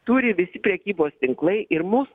turi visi prekybos tinklai ir mūsų